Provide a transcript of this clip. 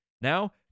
Now